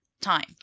time